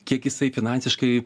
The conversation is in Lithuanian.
kiek jisai finansiškai